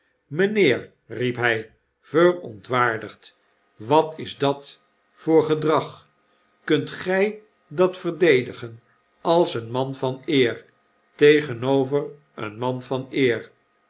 meneer riep hg verontwaardigd watisdat voor gedrag kunt gg dat verdedigen als een man van eer tegenover een man van eer